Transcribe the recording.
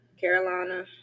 Carolina